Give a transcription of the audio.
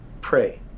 Pray